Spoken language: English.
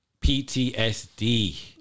PTSD